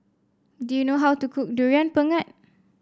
do you know how to cook Durian Pengat